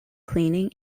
cleaning